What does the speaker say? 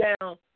down